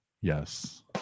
yes